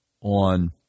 on